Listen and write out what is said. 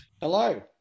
hello